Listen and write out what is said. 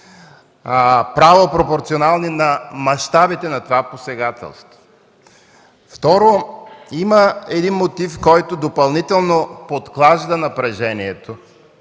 правопропорционални на мащабите на това посегателство. Второ, има един мотив, който допълнително подклажда напрежението,